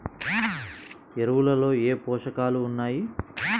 ఎరువులలో ఏ పోషకాలు ఉన్నాయి?